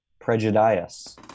Prejudice